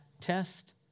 test